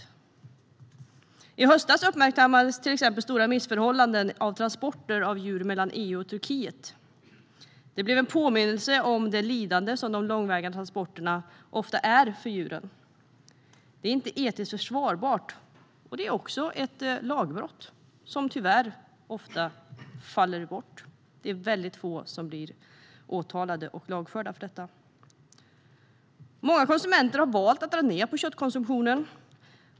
I höstas uppmärksammades till exempel stora missförhållanden vid transporter av djur mellan EU och Turkiet. Detta blev en påminnelse om det lidande som de långväga transporterna ofta innebär för djuren. Det är inte etiskt försvarbart, men det är också ett lagbrott som tyvärr ofta faller bort. Väldigt få blir åtalade och lagförda för detta. Många konsumenter har valt att dra ned på köttkonsumtionen.